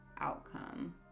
outcome